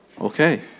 Okay